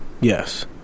Yes